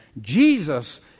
Jesus